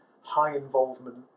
high-involvement